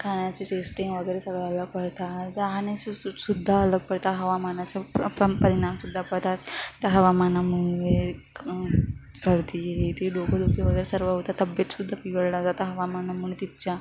खाण्याची टेस्टिंग वगैरे सगळं अलग पडतात राहणे सु सु सुद्धा अलग पडतात हवामानाचा प परिणाम सुद्धा पडतात त्या हवामानामुळे सर्दी ती डोकंदुखी वगैरे सर्व होतात तब्येत सुद्धा बिघडल्या जातं हवामानामुळे तिथच्या